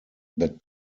that